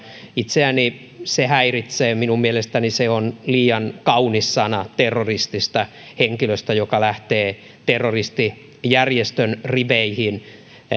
itseäni se häiritsee minun mielestäni se on liian kaunis sana terroristista henkilöstä joka lähtee terroristijärjestön riveihin he